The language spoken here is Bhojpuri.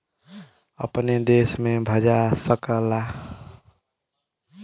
अपने देश में भजा सकला